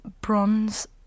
Bronze